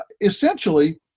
Essentially